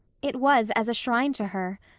it was as a shrine to her.